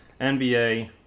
NBA